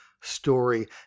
story